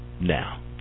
now